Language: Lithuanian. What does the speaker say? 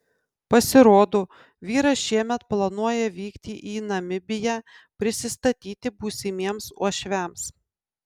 pasirodo vyras šiemet planuoja vykti į namibiją prisistatyti būsimiems uošviams